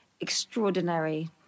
extraordinary